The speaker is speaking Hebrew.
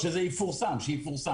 שיפורסם.